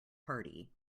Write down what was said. party